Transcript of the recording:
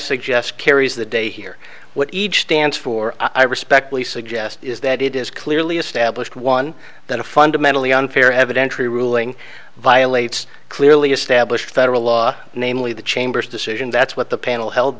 suggest carries the day here what each stands for i respectfully suggest is that it is clearly established one that a fundamentally unfair evidentiary ruling violates clearly established federal law namely the chamber's decision that's what the panel held